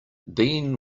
being